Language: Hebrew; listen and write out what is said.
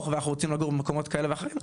ואנחנו רוצים לגור במקומות כאלה ואחרים,